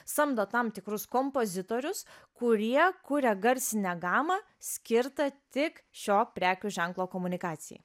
samdo tam tikrus kompozitorius kurie kuria garsinę gamą skirtą tik šio prekių ženklo komunikacijai